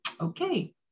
okay